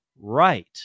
Right